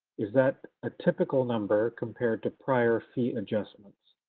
is that a typical number compared to prior fee adjustments?